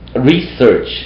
research